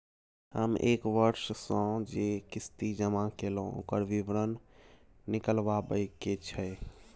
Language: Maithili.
हम एक वर्ष स जे किस्ती जमा कैलौ, ओकर विवरण निकलवाबे के छै?